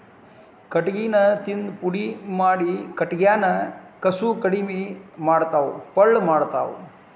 ಕಟಗಿನ ತಿಂದ ಪುಡಿ ಮಾಡಿ ಕಟಗ್ಯಾನ ಕಸುವ ಕಡಮಿ ಮಾಡತಾವ ಪಳ್ಳ ಮಾಡತಾವ